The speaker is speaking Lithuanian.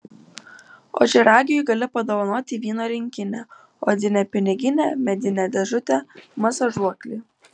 ožiaragiui gali padovanoti vyno rinkinį odinę piniginę medinę dėžutę masažuoklį